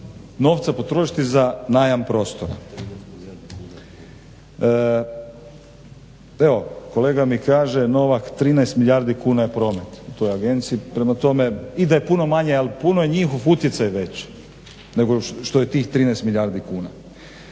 novca potrošiti za najam prostora. Evo kolega mi kaže Novak 13 milijardi kuna je promet u toj agenciji. Prema tome, i da je puno manje ali puno je njihov utjecaj veći nego što je tih 13 milijardi kuna.